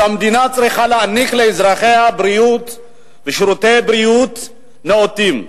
המדינה צריכה להעניק לאזרחיה בריאות ושירותי בריאות נאותים.